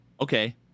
Okay